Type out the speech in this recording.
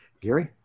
Gary